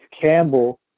Campbell